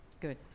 Good